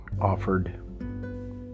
offered